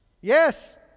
Yes